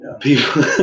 People